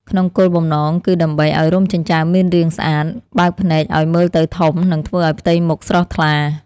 ក្នុងគោលបំណងគឺដើម្បីឲ្យរោមចិញ្ចើមមានរាងស្អាត បើកភ្នែកឲ្យមើលទៅធំ និងធ្វើឲ្យផ្ទៃមុខស្រស់ថ្លា។